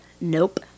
nope